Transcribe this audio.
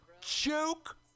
Joke